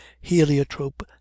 heliotrope